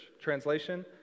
Translation